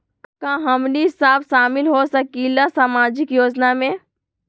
का हमनी साब शामिल होसकीला सामाजिक योजना मे?